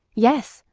yes,